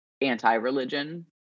anti-religion